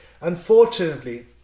unfortunately